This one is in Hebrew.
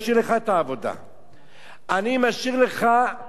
אני משאיר לך את היכולת המשפטית